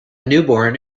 newborn